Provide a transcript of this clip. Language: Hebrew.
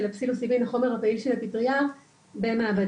הפסילוציבין החומר הפעיל של הפטריה במעבדה.